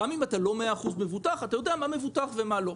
גם אם אתה לא מבוטח ב-100 אחוז אתה יודע מה מבוטח ומה לא.